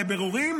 לבירורים,